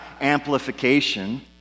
amplification